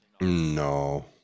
No